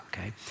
okay